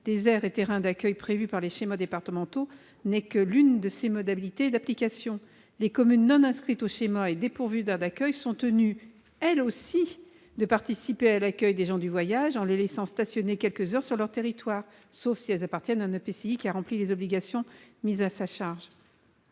des aires et terrains d'accueil prévus par les schémas départementaux n'est que l'une de ses modalités d'application. Les communes non inscrites au schéma et dépourvues d'aires d'accueil sont tenues, elles aussi, de « participer à l'accueil des gens du voyage » en les laissant stationner quelques heures sur leur territoire- sauf si elles appartiennent à un EPCI qui a rempli les obligations mises à sa charge